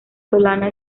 solana